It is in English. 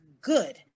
good